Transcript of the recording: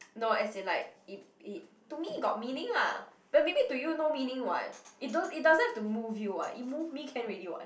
no as in like it it to me got meaning lah but maybe to you no meaning [what] it don't it doesn't have to move you [what] it move me can ready [what]